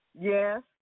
Yes